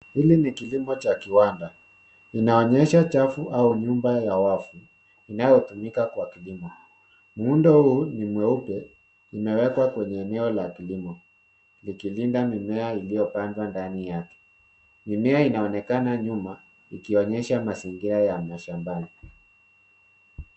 Hilki ni kilimo cha kiwanda. Inaonyesha chafu au nyumba ya wavu, inayotumika kwa kilimo. Muundo huu ni mweupe umewekwa kwenye eneo la kilimo ikilinda mimea iliyopandwa ndani yake. Mimea inaonekana nyuma ikionyesha mazingira ya mashambani.